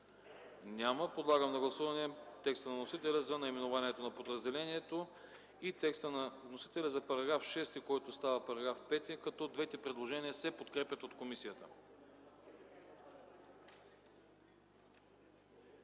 Няма. Подлагам на гласуване текста на вносителя за наименованието на подразделението и текста на вносителя за § 6, който става § 5, като двете предложения се подкрепят от комисията.